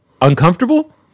uncomfortable